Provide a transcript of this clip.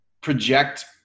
project